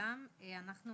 אנחנו